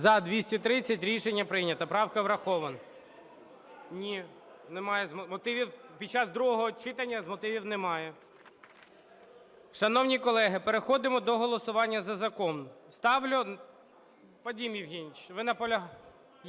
За-230 Рішення прийнято. Правка врахована. Ні, немає з мотивів, під час другого читання з мотивів немає. Шановні колеги, переходимо до голосування за закон. Ставлю…